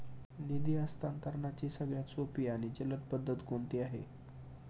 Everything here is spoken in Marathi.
निधी हस्तांतरणाची सगळ्यात सोपी आणि जलद पद्धत कोणती आहे?